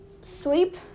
sleep